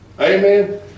amen